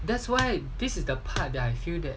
that's why this is the part that I feel that